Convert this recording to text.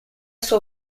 sua